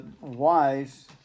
wise